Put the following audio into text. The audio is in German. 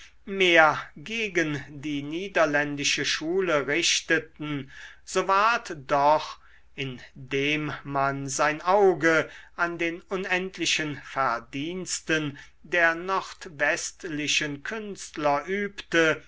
mehr gegen die niederländische schule richteten so ward doch indem man sein auge an den unendlichen verdiensten der nordwestlichen künstler übte